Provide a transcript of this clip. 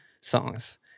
songs